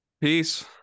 Peace